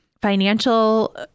financial